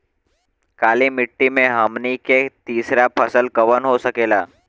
काली मिट्टी में हमनी के तीसरा फसल कवन हो सकेला?